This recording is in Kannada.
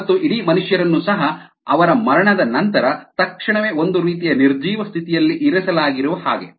ಮತ್ತು ಇಡೀ ಮನುಷ್ಯರನ್ನು ಸಹ ಅವರ ಮರಣದ ನಂತರ ತಕ್ಷಣವೇ ಒಂದು ರೀತಿಯ ನಿರ್ಜೀವ ಸ್ಥಿತಿಯಲ್ಲಿ ಇರಿಸಲಾಗಿರುವ ಹಾಗೆ